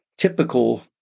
typical